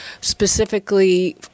specifically